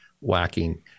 whacking